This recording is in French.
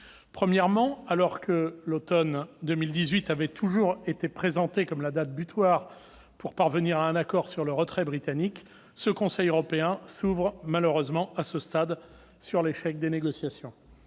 Premièrement, alors que l'automne de 2018 avait toujours été présenté comme la date butoir pour parvenir à un accord sur le retrait britannique, ce Conseil européen s'ouvre malheureusement sur l'échec des négociations.